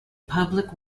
public